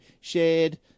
Shared